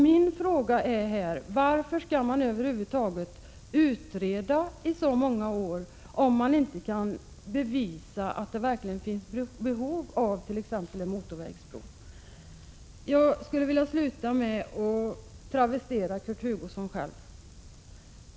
Min fråga är: Varför skall man över huvud taget utreda i så många år om man inte kan visa att det finns behov av t.ex. en motorvägsbro? Jag skulle vilja avsluta genom att travestera Kurt Hugosson.